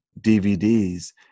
DVDs